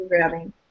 programming